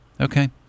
okay